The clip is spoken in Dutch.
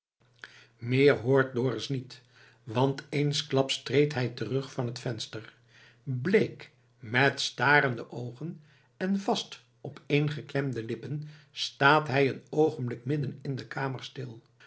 meer hoort dorus niet want eensklaps treedt hij terug van t venster bleek met starende oogen en vast opééngeklemde lippen staat hij een oogenblik midden in de kamer stil